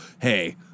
Hey